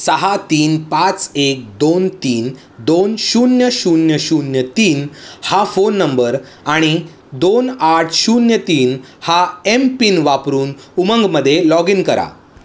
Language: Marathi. सहा तीन पाच एक दोन तीन दोन शून्य शून्य शून्य तीन हा फोन नंबर आणि दोन आठ शून्य तीन हा एम पिन वापरून उमंगमध्ये लॉग इन करा